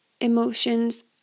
emotions